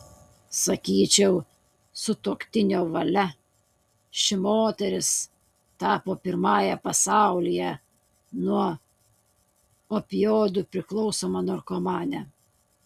sakyčiau sutuoktinio valia ši moteris tapo pirmąja pasaulyje nuo opioidų priklausoma narkomane